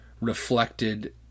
reflected